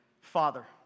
Father